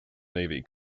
navy